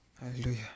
Hallelujah